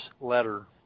letter